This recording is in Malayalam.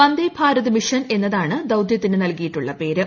വന്ദേ ഭാരത് മിഷൻ എന്നതാണ് ദൌത്യത്തിന് നൽകിയിട്ടുള്ള പേര്